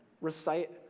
recite